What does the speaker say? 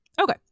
Okay